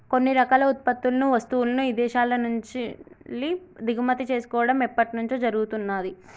కొన్ని రకాల ఉత్పత్తులను, వస్తువులను ఇదేశాల నుంచెల్లి దిగుమతి చేసుకోడం ఎప్పట్నుంచో జరుగుతున్నాది